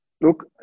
Look